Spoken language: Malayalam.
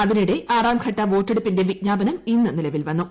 അതിനിടെ ആറാംഘട്ട വോട്ടെടുപ്പിന്റെ വിജ്ഞാപനം ഇന്ന് നിലവിൽ വന്നു